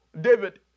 David